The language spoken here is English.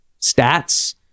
stats